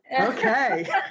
Okay